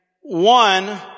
one